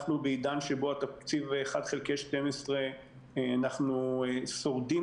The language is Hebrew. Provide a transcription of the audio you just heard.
אנחנו בעידן שבו התקציב 1 חלקי 12. אנחנו שורדים